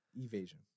evasion